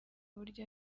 uburyo